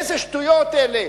איזה שטויות אלה.